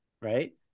right